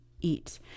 eat